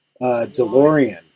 DeLorean